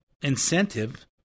incentive